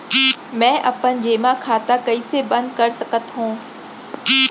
मै अपन जेमा खाता कइसे बन्द कर सकत हओं?